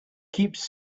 keeps